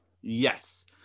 Yes